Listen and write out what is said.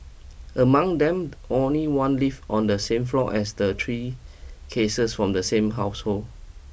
among them only one lived on the same floor as the three cases from the same household